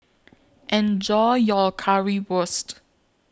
Enjoy your Currywurst